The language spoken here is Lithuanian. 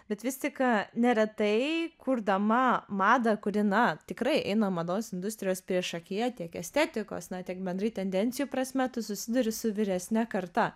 bet vis tik neretai kurdama madą kuri na tikrai eina mados industrijos priešakyje tiek estetikos na tiek bendrai tendencijų prasme tu susiduri su vyresne karta